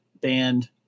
band